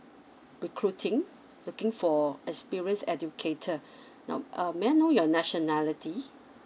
recruiting looking for experienced educator now uh may I know your nationality